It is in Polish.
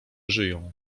żyją